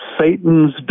Satan's